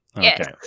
Yes